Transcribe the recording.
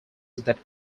that